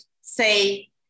say